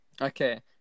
Okay